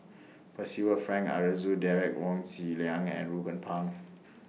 Percival Frank Aroozoo Derek Wong Zi Liang and Ruben Pang